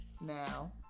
Now